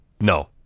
no